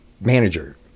manager